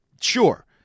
Sure